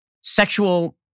Sexual